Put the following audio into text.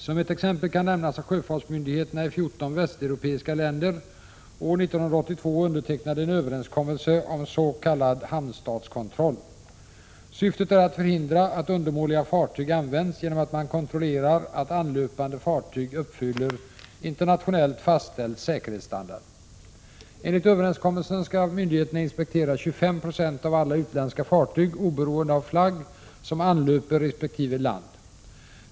Som ett exempel kan nämnas att sjöfartsmyndigheterna i 14 västeuropeiska länder år 1982 undertecknade en överenskommelse om s.k. hamnstatskontroll. Syftet är att förhindra att undermåliga fartyg används genom att kontrollera att anlöpande fartyg uppfyller internationellt fastställd säkerhetsstandard. Enligt överenskommelsen skall myndigheterna inspektera 25 20 av alla utländska fartyg, oberoende av flagg, som anlöper resp. land.